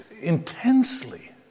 intensely